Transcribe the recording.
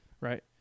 right